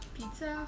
Pizza